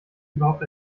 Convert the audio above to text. überhaupt